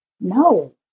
no